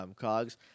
Cogs